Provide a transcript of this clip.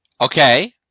Okay